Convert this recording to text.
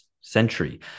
century